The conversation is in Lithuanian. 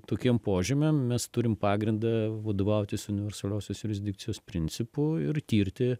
tokiem požymiam mes turim pagrindą vadovautis universaliosios jurisdikcijos principu ir tirti